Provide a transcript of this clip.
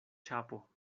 ĉapo